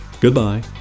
Goodbye